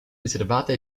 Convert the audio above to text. riservata